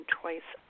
twice